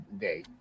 Day